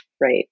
Right